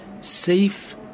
safe